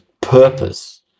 purpose